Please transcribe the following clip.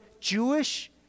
Jewish